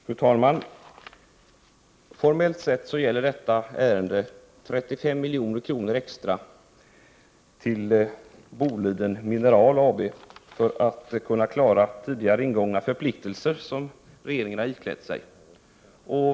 Fru talman! Formellt sett gäller detta ärende 35 milj.kr. extra till Boliden Mineral AB för att regeringen skall kunna klara tidigare ingångna förpliktelser.